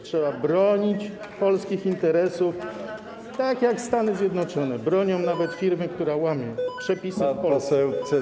Trzeba bronić polskich interesów, tak jak Stany Zjednoczone bronią nawet firmy, która łamie przepisy w Polsce.